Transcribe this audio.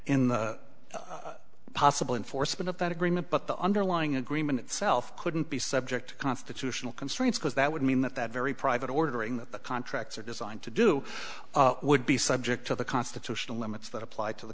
in the possible enforcement of that agreement but the underlying agreement itself couldn't be subject to constitutional constraints because that would mean that that very private ordering that the contracts are designed to do would be subject to the constitutional limits that apply to the